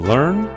Learn